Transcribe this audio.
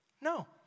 No